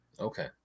Okay